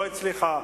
שלא הצליחה